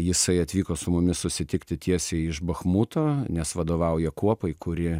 jisai atvyko su mumis susitikti tiesiai iš bachmuto nes vadovauja kuopai kuri